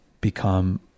become